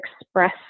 express